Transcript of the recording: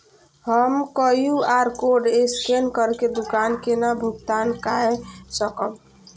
हम QR code scan करके दुकान केना भुगतान काय सकब?